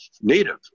native